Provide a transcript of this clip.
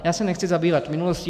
Já se nechci zabývat minulostí.